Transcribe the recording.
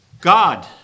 God